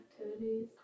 activities